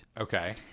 Okay